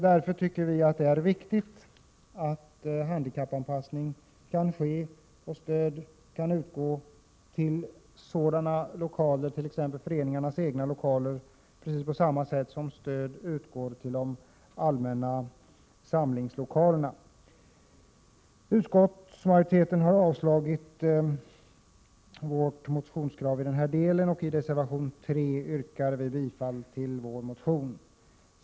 Därför tycker vi att det är viktigt att stöd kan utgå för handikappanpassning av t.ex. föreningarnas egna lokaler, på samma sätt som stöd utgår till de allmänna samlingslokalerna. Utskottsmajoriteten har avstyrkt vårt motionskrav i denna del. I reservation 3 yrkar vi bifall till vår motion. Herr talman!